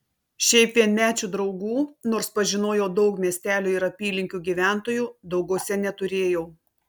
šiaip vienmečių draugų nors pažinojau daug miestelio ir apylinkių gyventojų dauguose neturėjau